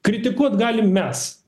kritikuot galim mes